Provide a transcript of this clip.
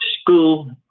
school